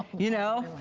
you know?